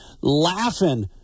laughing